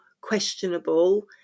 questionable